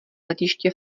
letiště